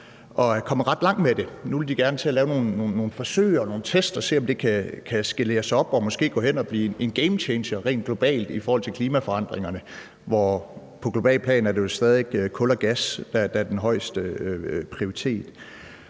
og er kommet ret langt med det. Nu vil de gerne til at lave nogle forsøg og nogle test og se, om det kan skaleres op og måske gå hen at blive en gamechanger rent globalt i forhold til klimaforandringerne, hvor det på globalt plan jo stadig er kul og gas, der er den højeste prioritet.